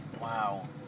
Wow